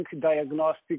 diagnostic